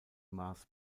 maß